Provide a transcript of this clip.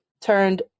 turned